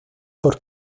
por